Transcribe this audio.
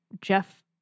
Jeff